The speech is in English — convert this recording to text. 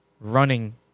running